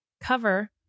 cover